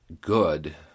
good